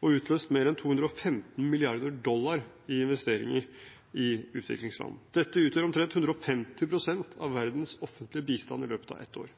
og utløst mer enn 215 mrd. dollar i investeringer i utviklingsland. Dette utgjør omtrent 150 pst. av verdens offentlige bistand i løpet av ett år.